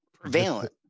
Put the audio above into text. prevalent